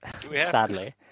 sadly